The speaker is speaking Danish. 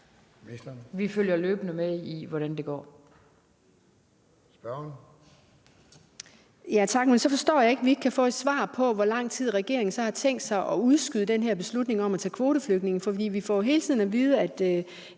Vi følger løbende med i, hvordan det går.